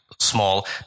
small